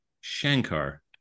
Shankar